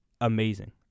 amazing